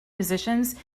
musicians